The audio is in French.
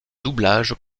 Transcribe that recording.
doublage